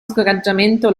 scoraggiamento